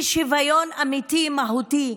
משוויון אמיתי, מהותי,